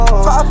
Five